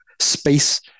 space